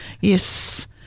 yes